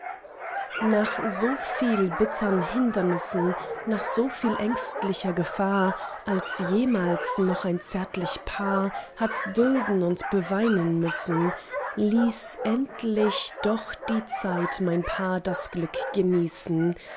nach so viel bittern hindernissen nach so viel ängstlicher gefahr als jemals noch ein zärtlich paar hat dulden und beweinen müssen ließ endlich doch die zeit mein paar das glück genießen